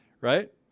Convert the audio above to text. right